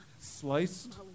sliced